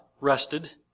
rested